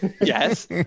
yes